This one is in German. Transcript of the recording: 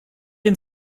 den